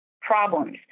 problems